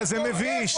זה מביש.